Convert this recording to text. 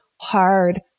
hard